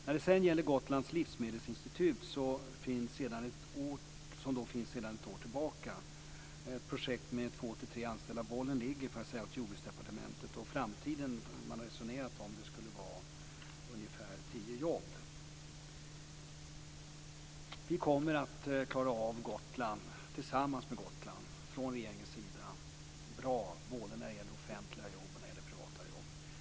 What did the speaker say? När det sedan gäller Gotlands livsmedelsinstitut finns det sedan ett år ett projekt med två tre anställda. Bollen ligger hos Jordbruksdepartementet. Man har resonerat om cirka tio jobb i framtiden. Vi från regeringen kommer att klara av Gotland bra tillsammans med Gotland när det gäller både privata och offentliga jobb.